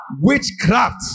witchcraft